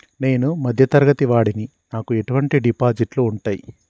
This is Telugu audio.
నేను మధ్య తరగతి వాడిని నాకు ఎటువంటి డిపాజిట్లు ఉంటయ్?